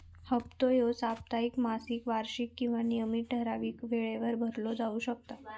हप्तो ह्यो साप्ताहिक, मासिक, वार्षिक किंवा नियमित ठरावीक वेळेवर भरलो जाउ शकता